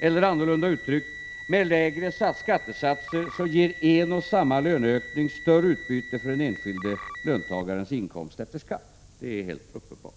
Eller, annorlunda uttryckt: Med lägre skattesatser ger en och samma löneökning större utbyte när det gäller den enskilde löntagarens inkomst efter skatt. Det är helt uppenbart.